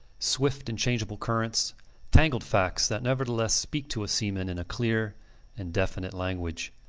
swift and changeable currents tangled facts that nevertheless speak to a seaman in clear and definite language.